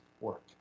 work